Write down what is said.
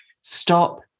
Stop